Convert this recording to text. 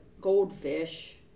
goldfish